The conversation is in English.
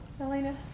Elena